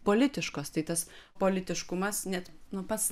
politiškos tai tas politiškumas net nu pats